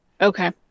Okay